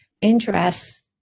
interests